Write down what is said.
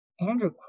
Andrew